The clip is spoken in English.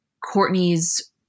Courtney's